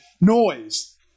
noise